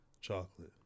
Chocolate